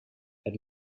het